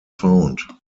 found